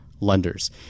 lenders